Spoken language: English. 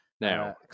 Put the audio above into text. Now